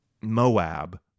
Moab